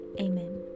amen